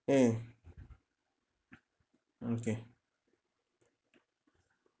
eh okay